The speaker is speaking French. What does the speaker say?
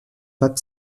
pape